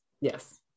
Yes